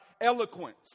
eloquence